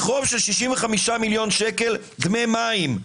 מחוב של 65 מיליון שקל דמי מים,